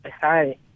Hi